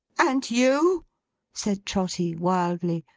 and you said trotty wildly.